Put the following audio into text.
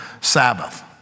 Sabbath